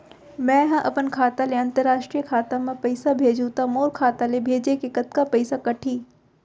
मै ह अपन खाता ले, अंतरराष्ट्रीय खाता मा पइसा भेजहु त मोर खाता ले, भेजे के कतका पइसा कटही?